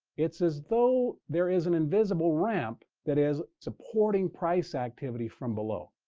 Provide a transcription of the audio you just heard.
it's as though there is an invisible ramp that is supporting price activity from below.